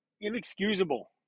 Inexcusable